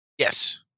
Yes